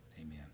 Amen